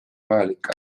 vajalik